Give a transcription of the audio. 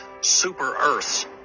super-Earths